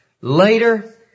later